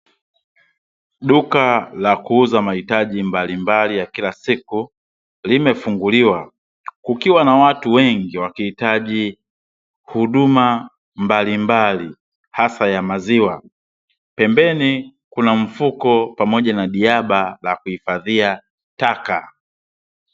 Duka la kuuza mahitaji mbalimbali ya kila siku limefunguliwa, kukiwa na watu na watu wengi wakihitaji huduma mbalimbali hasa ya maziwa. Pembeni kuna mfuku pamoja na jaba la kuhifadhia taka.